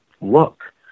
look